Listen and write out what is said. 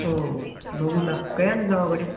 हो बघु ते कया ना जाऊ गड्या